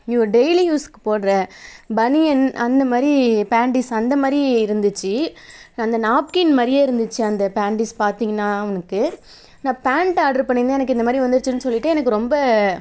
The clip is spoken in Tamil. நியூ டெய்லி யூஸ்ஸுக்கு போடுகிற பனியன் அந்த மாதிரி பேண்டீஸ் அந்த மாதிரி இருந்துச்சு அந்த நாப்க்கின் மாதிரியே இருந்துச்சு அந்த பேண்டீஸ் பார்த்திங்கன்னா அவனுக்கு நான் பேண்ட் ஆடர் பண்ணியிருந்தேன் எனக்கு இந்த மாதிரி வந்துருச்சுனு சொல்லிட்டு எனக்கு ரொம்ப